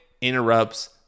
interrupts